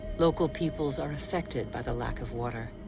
local peoples are affected by the lack of water.